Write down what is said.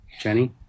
Jenny